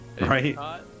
Right